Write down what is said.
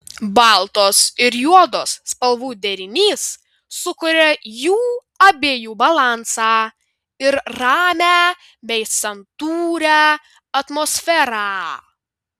baltos ir juodos spalvų derinys sukuria jų abiejų balansą ir ramią bei santūrią atmosferą